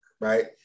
right